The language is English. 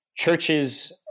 churches